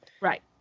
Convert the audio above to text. Right